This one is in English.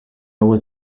was